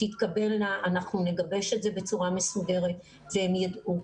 אנחנו נגבש את זה בצורה מסודרת והם ידעו.